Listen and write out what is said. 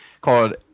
called